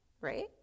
right